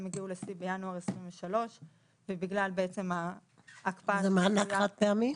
הם הגיעו לשיא בינואר 2023. זה מענק חד פעמי?